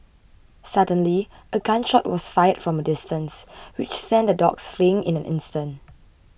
suddenly a gun shot was fired from a distance which sent the dogs fleeing in an instant